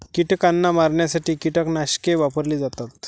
कीटकांना मारण्यासाठी कीटकनाशके वापरली जातात